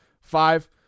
five